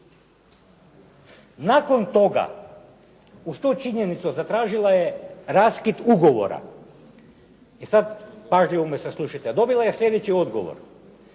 Nakon toga uz tu činjenicu zatražila je raskid ugovora. E sad, pažljivo me saslušajte, dobila je sljedeći odgovor.